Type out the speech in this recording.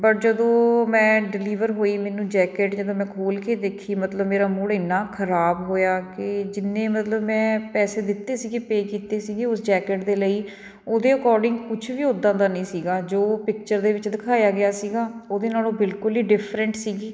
but ਜਦੋਂ ਮੈਂ deliver ਹੋਈ ਮੈਨੂੰ ਜੈਕਟ ਜਦੋਂ ਮੈਂ ਖੋਲ੍ਹ ਕੇ ਦੇਖੀ ਮਤਲਬ ਮੇਰਾ ਮੂੜ ਇੰਨਾ ਖਰਾਬ ਹੋਇਆ ਕਿ ਜਿੰਨੇ ਮਤਲਬ ਮੈਂ ਪੈਸੇ ਦਿੱਤੇ ਸੀਗੇ ਪੇ ਕੀਤੇ ਸੀਗੇ ਉਸ ਜੈਕਟ ਦੇ ਲਈ ਉਹਦੇ ਅਕੋਡਿੰਗ ਕੁਛ ਵੀ ਉਦਾਂ ਦਾ ਨਹੀਂ ਸੀਗਾ ਜੋ ਪਿਕਚਰ ਦੇ ਵਿੱਚ ਦਿਖਾਇਆ ਗਿਆ ਸੀਗਾ ਉਹਦੇ ਨਾਲੋਂ ਬਿਲਕੁਲ ਹੀ ਡਿਫਰੈਂਟ ਸੀਗੀ